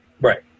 Right